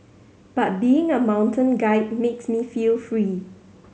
but being a mountain guide makes me feel free